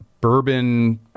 bourbon